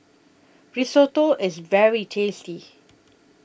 Risotto IS very tasty